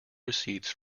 receipts